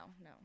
no